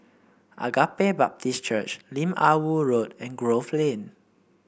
Agape Baptist Church Lim Ah Woo Road and Grove Lane